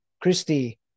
Christy